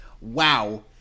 wow